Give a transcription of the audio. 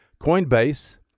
Coinbase